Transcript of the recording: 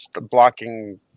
blocking